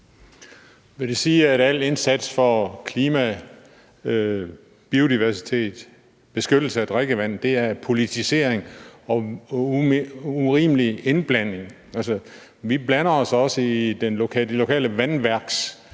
Vil det sige, at al indsats for klima, for biodiversitet, for beskyttelse af drikkevand er politisering og urimelig indblanding? Vi blander os også i det lokale vandværks